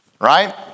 right